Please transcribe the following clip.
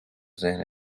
ذهن